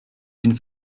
une